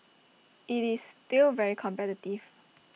IT is still very competitive